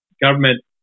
government